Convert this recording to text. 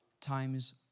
times